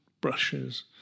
brushes